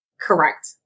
Correct